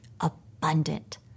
abundant